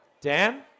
Dan